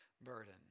Burden